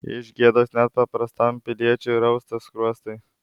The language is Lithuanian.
iš gėdos net paprastam piliečiui rausta skruostai